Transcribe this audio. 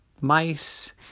mice